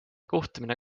kohtumine